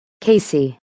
Casey